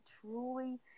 truly